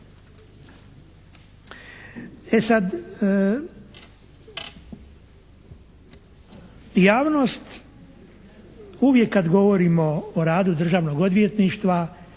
E sada javnost uvijek kada govorimo o radu Državnog odvjetništva,